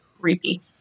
creepy